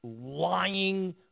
lying